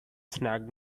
snagged